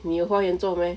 你有花园做 meh